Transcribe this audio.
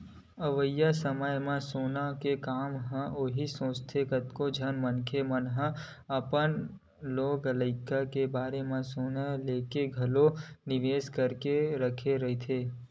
अवइया समे म सोना के काम आही सोचके कतको झन मनखे मन ह अपन लोग लइका बर सोना लेके घलो निवेस करके रख दे रहिथे